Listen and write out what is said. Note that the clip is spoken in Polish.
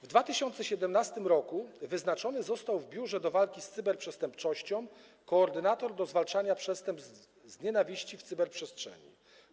W 2017 r. wyznaczony został w Biurze do Walki z Cyberprzestępczością koordynator do zwalczania przestępstw z nienawiści w cyberprzestrzeni.